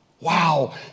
wow